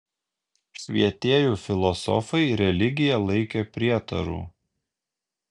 švietėjų filosofai religiją laikė prietaru